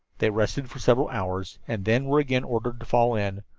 they rested for several hours and then were again ordered to fall in.